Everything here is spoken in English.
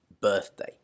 birthday